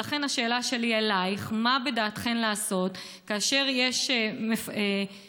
ולכן השאלה שלי אלייך: מה בדעתכן לעשות כאשר יש אדם